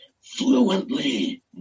fluently